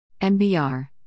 MBR